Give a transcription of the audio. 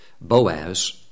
Boaz